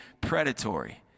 predatory